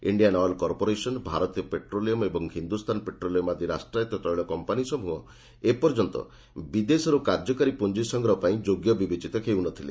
Indian Oil Corporation Bharat Petroleum ଓ Hindustan Petroleum ଆଦି ରାଷ୍ଟ୍ରାୟତ ତୈଳ କମ୍ପାନି ସମ୍ବହ ଏପର୍ଯ୍ୟନ୍ତ ବିଦେଶରୁ କାର୍ଯ୍ୟକାରୀ ପୁଞ୍ଜ ସଂଗ୍ରହ ପାଇଁ ଯୋଗ୍ୟ ବିବେଚିତ ହେଉନଥିଲେ